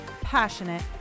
passionate